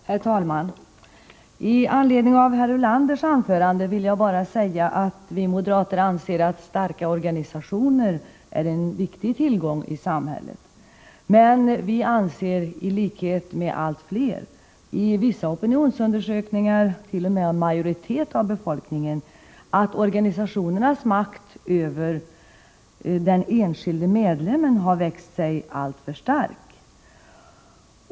Herr talman! I anledning av herr Ulanders anförande vill jag bara säga att vi moderater anser att starka organisationer är en viktig tillgång i samhället. Men vi anser i likhet med allt fler — i vissa opinionsundersökningar t.o.m. en majoritet av befolkningen — att organisationernas makt över den enskilde medlemmen har växt sig alltför stark.